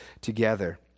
together